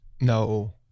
No